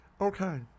Okay